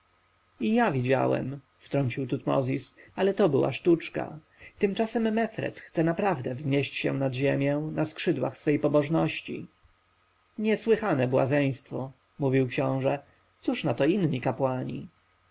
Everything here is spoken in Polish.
ja widziałam wtrącił tutmozis ale to była sztuka tymczasem mefres chce naprawdę wznieść się nad ziemię na skrzydłach swej pobożności niesłychane błazeństwo mówił książę cóż na to inni kapłani